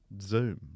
zoom